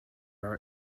are